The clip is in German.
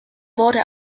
wurde